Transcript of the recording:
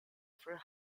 for